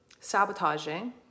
sabotaging